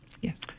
Yes